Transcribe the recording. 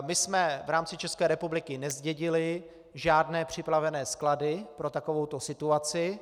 My jsme v rámci České republiky nezdědili žádné připravené sklady pro takovouto situaci.